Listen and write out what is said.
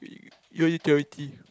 donate charity